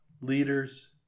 leaders